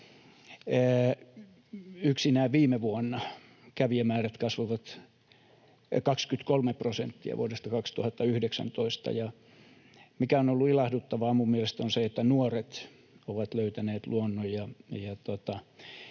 Yksinään viime vuonna kävijämäärät kasvoivat 23 prosenttia vuodesta 2019, ja mikä on ollut ilahduttavaa mielestäni, on se, että nuoret ovat löytäneet luonnon.